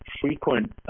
frequent